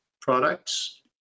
products